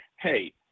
hey